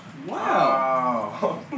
Wow